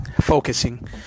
Focusing